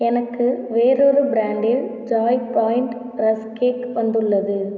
எனக்கு வேறொரு பிரான்டில் சாய் பாயிண்ட் ரஸ்க் கேக் வந்துள்ளது